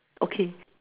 okay